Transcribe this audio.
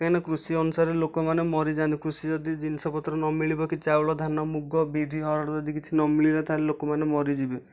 କାହିଁକି ନା କୃଷି ଅନୁସାରେ ଲୋକମାନେ ମରିଯାଆନ୍ତି କୃଷି ଯଦି ଜିନିଷ ପତ୍ର ନ ମିଳିବ କି ଚାଉଳ ଧାନ ମୁଗ ବିରି ହରଡ଼ ଯଦି କିଛି ନ ମିଳିଲା ତାହେଲେ ଲୋକମାନେ ମରିଯିବେ